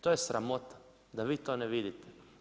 To je sramota, da vi to ne vidite.